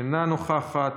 אינה נוכחת,